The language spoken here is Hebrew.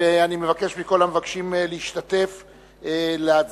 אני מבקש מכל המבקשים להשתתף להצביע.